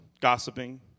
gossiping